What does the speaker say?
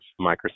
Microsoft